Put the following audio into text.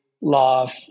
love